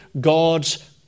God's